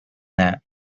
that